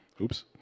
Oops